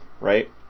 right